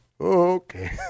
Okay